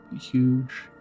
huge